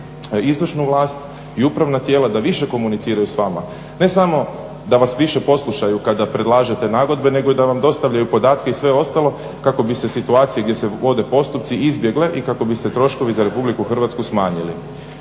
izvršnu vlast i upravna tijela da više komuniciraju s vama, ne samo da vas više poslušaju kada predlažete nagodbe nego i da vam dostavljaju podatke i sve ostalo kako bi se situacije gdje se …/Ne razumije se./… postupci izbjegle i kako bi se troškovi za Republiku Hrvatsku smanjili.